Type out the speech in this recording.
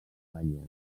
espanya